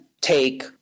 take